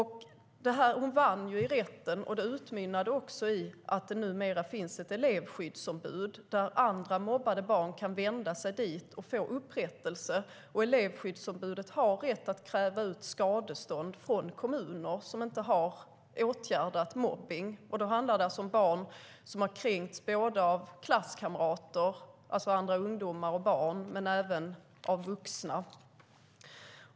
Hon vann i rätten, och fallet utmynnade i att det numera finns ett elevskyddsombud dit mobbade barn kan vända sig och få upprättelse. Elevskyddsombudet har rätt att kräva skadestånd av kommuner som inte har åtgärdat mobbning. Då handlar det om barn som kränkts både av klasskamrater, alltså andra barn och ungdomar, och av vuxna.